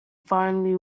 finally